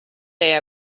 day